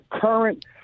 current